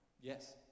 yes